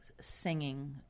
singing